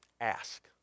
Ask